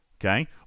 Okay